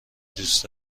دوست